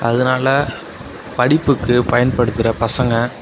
அதனால படிப்புக்கு பயன்படுத்துகிற பசங்க